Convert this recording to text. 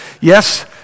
Yes